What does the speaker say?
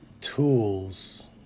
tools